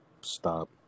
Stop